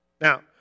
Now